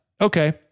okay